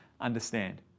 understand